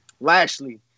Lashley